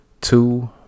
Two